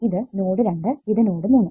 ഇത് നോഡ് 2 ഇത് നോഡ് 3